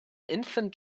infant